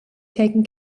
taken